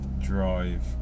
drive